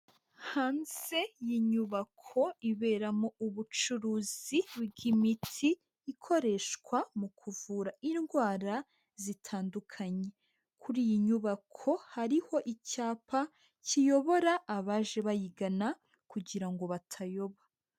Hanze y'inyubako iberamo ubucuruzi bw'imiti ikoreshwa mu kuvura indwara zitandukanye, kuri iyi nyubako hariho icyapa kiyobora abaje bayigana kugira ngo batayoba.